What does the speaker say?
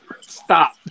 Stop